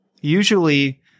usually